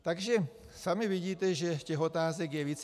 Takže sami vidíte, že otázek je více.